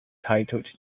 titled